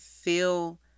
feel